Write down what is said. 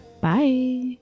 Bye